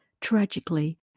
Tragically